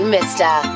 Mister